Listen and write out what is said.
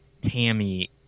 tammy